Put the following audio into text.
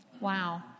Wow